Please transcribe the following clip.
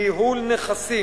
ניהול נכסים".